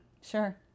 Sure